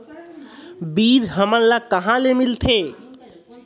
बीज हमन ला कहां ले मिलथे?